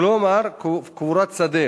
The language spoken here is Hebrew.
כלומר קבורת שדה,